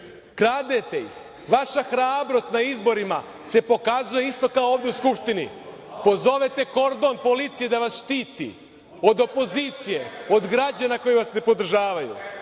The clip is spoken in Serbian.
Kradete ih. Vaša hrabrost na izborima se pokazuje isto kao ovde u Skupštini. Pozovete kordon policije da vas štiti od opozicije, od građana koji vas ne podržavaju.